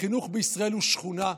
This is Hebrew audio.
החינוך בישראל הוא שכונה,